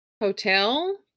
hotel